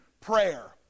prayer